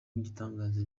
w’igitangaza